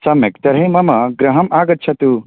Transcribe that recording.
सम्यक् तर्हि मम गृहम् आगच्छतु